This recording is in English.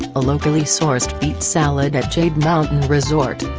a locally sourced beet salad at jade mountain resort.